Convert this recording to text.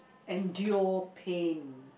endure pain